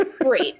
Great